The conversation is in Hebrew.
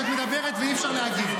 שאת מדברת ואי-אפשר להגיב,